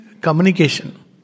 communication